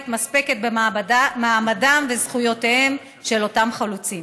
מספקת במעמדם ובזכויותיהם של אותם חלוצים.